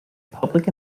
public